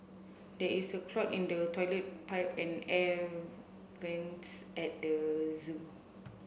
there is a clog in the toilet pipe and air vents at the zoo